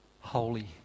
holy